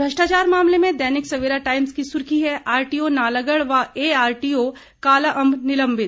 भ्रष्टाचार मामले में दैनिक सवेरा टाईम्स की सुर्खी है आरटीओ नालागढ़ व एआरटीओ कालाअंब निलंबित